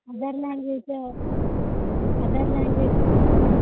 other language other language compare